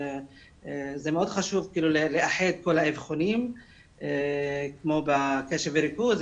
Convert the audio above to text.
זה מאוד חשוב לאחד את כל האבחונים כמו בקשב וריכוז,